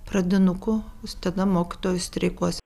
pradinukų tada mokytojai streikuos